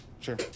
sure